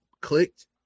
clicked